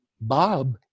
Bob